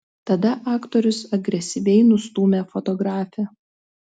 tada aktorius agresyviai nustūmė fotografę